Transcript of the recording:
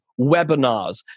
webinars